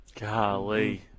Golly